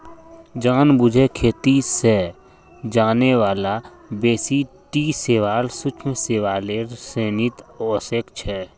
जानेबुझे खेती स जाने बाला बेसी टी शैवाल सूक्ष्म शैवालेर श्रेणीत ओसेक छेक